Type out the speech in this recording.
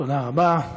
תודה רבה.